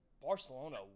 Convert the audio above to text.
Barcelona